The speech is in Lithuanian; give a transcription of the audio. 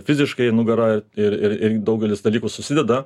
fiziškai nugara ir ir ir daugelis dalykų susideda